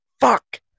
Fuck